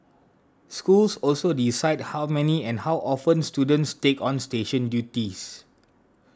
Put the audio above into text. schools also decide how many and how often students take on station duties